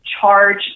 charge